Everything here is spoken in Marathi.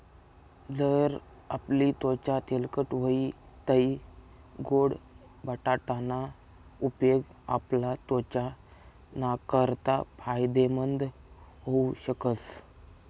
जर आपली त्वचा तेलकट व्हयी तै गोड बटाटा ना उपेग आपला त्वचा नाकारता फायदेमंद व्हऊ शकस